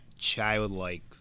Childlike